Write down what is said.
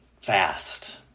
fast